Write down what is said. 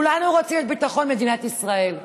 כולנו רוצים את ביטחון מדינת ישראל.